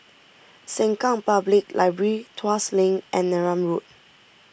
Sengkang Public Library Tuas Link and Neram Road